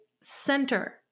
center